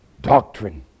doctrine